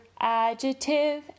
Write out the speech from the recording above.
adjective